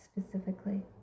specifically